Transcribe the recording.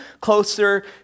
closer